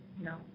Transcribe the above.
No